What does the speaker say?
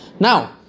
Now